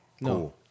No